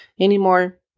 anymore